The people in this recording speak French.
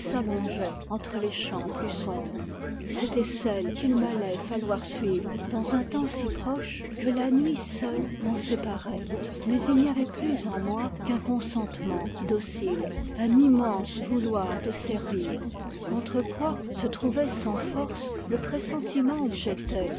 s'allongeait entre les champs plus sombres c'était celle qu'il m'allait falloir suivre dans un temps si proche que la nuit seule m'en séparait mais il n'y avait plus en moi qu'un consentement docile un immense vouloir de servir contre quoi se trouvait sans force le pressentiment où j'étais